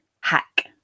hack